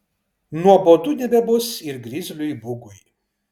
nuobodu nebebus ir grizliui bugui